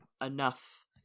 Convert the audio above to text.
enough